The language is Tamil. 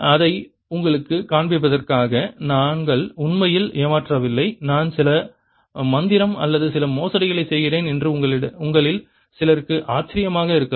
அதை உங்களுக்குக் காண்பிப்பதற்காக நாங்கள் உண்மையில் ஏமாற்றவில்லை நான் சில மந்திரம் அல்லது சில மோசடிகளைச் செய்கிறேன் என்று உங்களில் சிலருக்கு ஆச்சரியமாக இருக்கலாம்